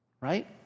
Right